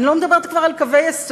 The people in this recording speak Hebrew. אני לא מדברת כבר על קווי יסוד,